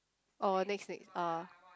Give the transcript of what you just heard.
or next next ah